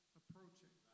approaching